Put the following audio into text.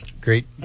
great